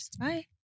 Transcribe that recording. Bye